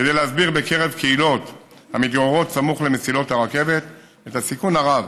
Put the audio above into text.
כדי להסביר בקרב קהילות המתגוררות סמוך למסילות הרכבת את הסיכון הרב